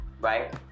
right